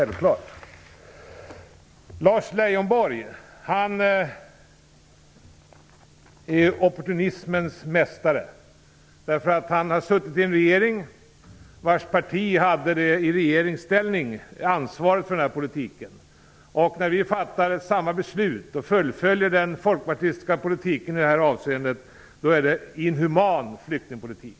Lars Leijonborg är opportunismens mästare. Han tillhör ett parti som i regeringsställning har haft ansvar för den här politiken. När vi fattar samma beslut och fullföljer den folkpartistiska politiken i det här avseendet anses det i stället vara inhuman flyktingpolitik.